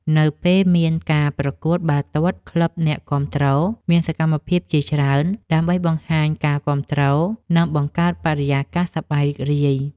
នៅពេលមានការប្រកួតបាល់ទាត់ ក្លឹបអ្នកគាំទ្រមានសកម្មភាពជាច្រើន ដើម្បីបង្ហាញការគាំទ្រនិងបង្កើតបរិយាកាសសប្បាយរីករាយ។